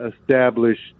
established